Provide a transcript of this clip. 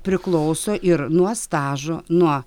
priklauso ir nuo stažo nuo